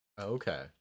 Okay